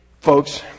Folks